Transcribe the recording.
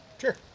Sure